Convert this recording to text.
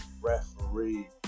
referee